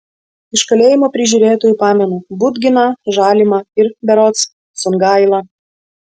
iš kalėjimo prižiūrėtojų pamenu budginą žalimą ir berods sungailą